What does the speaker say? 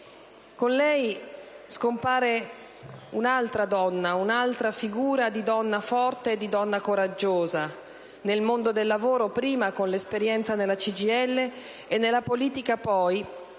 Con lei scompare un'altra donna, un'altra figura di donna forte e coraggiosa. Nel mondo del lavoro prima, con l'esperienza nella CGIL, e nella politica poi,